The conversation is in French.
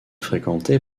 fréquentée